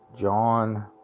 John